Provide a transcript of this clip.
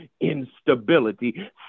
instability